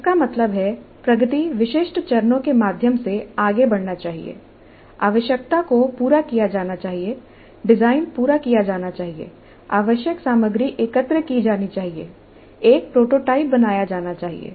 इसका मतलब है प्रगति विशिष्ट चरणों के माध्यम से आगे बढ़ना चाहिए आवश्यकता को पूरा किया जाना चाहिए डिजाइन पूरा किया जाना चाहिए आवश्यक सामग्री एकत्र की जानी चाहिए एक प्रोटोटाइप बनाया जाना चाहिए